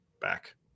back